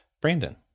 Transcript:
Brandon